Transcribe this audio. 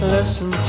Listen